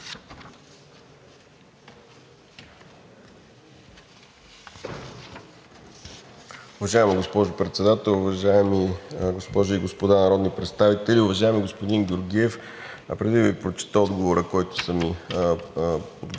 Уважаема госпожо Председател, уважаеми госпожи и господа народни представители! Уважаеми господин Георгиев, преди да Ви прочета отговора, който са ми подготвили